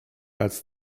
als